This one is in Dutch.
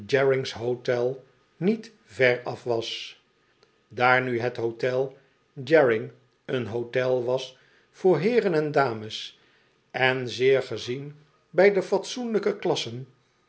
hotel niet veraf was daar nu het hotel jairing een hotel was voor heeren en dames en zeer gezien bij de fatsoenlijke klassen